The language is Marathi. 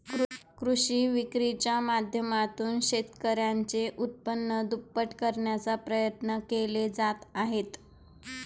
कृषी विक्रीच्या माध्यमातून शेतकऱ्यांचे उत्पन्न दुप्पट करण्याचा प्रयत्न केले जात आहेत